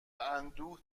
اندوه